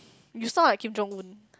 you sound like Kim Jong Un